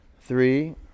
three